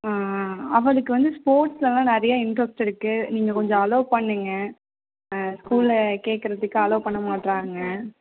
ஆ ஆ அவளுக்கு வந்து ஸ்போர்ட்ஸில்லாம் நிறையா இன்ட்ரெஸ்ட் இருக்கு நீங்கள் கொஞ்சம் அலோவ் பண்ணுங்கள் ஸ்கூலில் கேட்குறதுக்கு அலோவ் பண்ண மாட்டுறாங்க